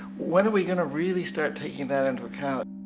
when are we gonna really start taking that into account?